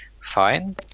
fine